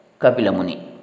Kapilamuni